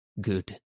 Good